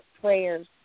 prayers